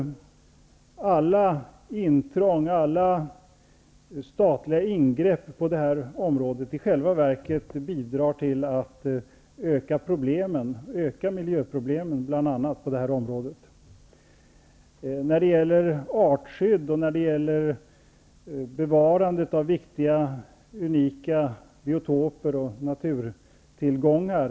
Alla intrång, alla statliga ingrepp på det här området bidrar i själva verket till att öka bl.a. Vi har många instrument för artskydd och bevarande av viktiga, unika biotoper och naturtillgångar.